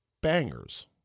bangers